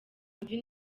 wumve